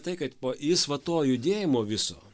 tai kad po jis va to judėjimo viso